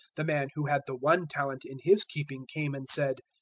the man who had the one talent in his keeping came and said,